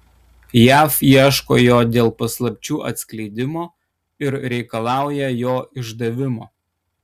jav ieško jo dėl paslapčių atskleidimo ir reikalauja jo išdavimo